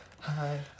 hi